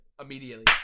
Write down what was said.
immediately